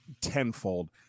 tenfold